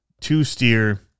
two-steer